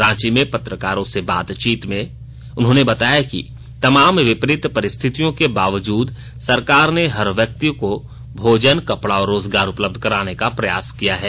रांची में पत्रकारों से बातचीत करते हुए उन्होंने बताया कि तमाम विपरित परिस्थितियों के बावजूद सरकार ने हर व्यक्ति को भोजन कपड़ा और रोजगार उपलब्ध कराने का प्रयास किया है